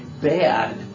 bad